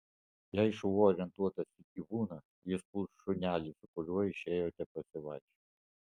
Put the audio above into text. jei šuo orientuotas į gyvūną jis puls šunelį su kuriuo išėjote pasivaikščioti